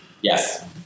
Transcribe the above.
Yes